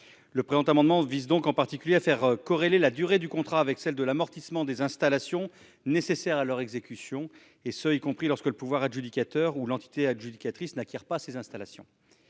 ces contrats. Il s'agit ici en particulier de faire corréler la durée du contrat avec celle de l'amortissement des installations nécessaires à leur exécution, et ce y compris lorsque le pouvoir adjudicateur ou l'entité adjudicatrice n'acquièrent pas ces installations.